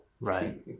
Right